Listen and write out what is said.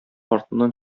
артыннан